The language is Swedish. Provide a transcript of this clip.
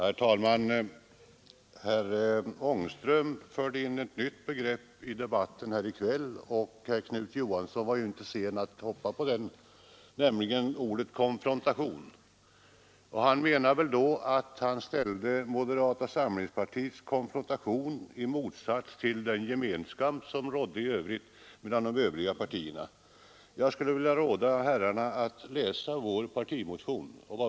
Herr talman! Herr Ångström förde in ett nytt begrepp i debatten här i kväll, nämligen konfrontation, och herr Knut Johansson i Stockholm var inte sen att hoppa på det. Herr Ångström menade väl att han ställde moderata samlingspartiets sätt att söka konfrontation i motsatsställning till den gemenskap som i övrigt rått mellan partierna. Jag skulle vilja råda herrarna att läsa vår partimotion.